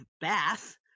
bath